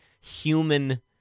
human